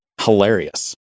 hilarious